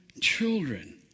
children